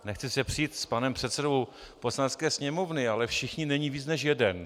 Nechci se přít s panem předsedou Poslanecké sněmovny, ale všichni není víc než jeden.